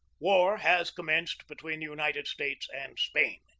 war has commenced between the united states and spain.